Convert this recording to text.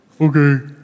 Okay